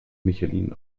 michelin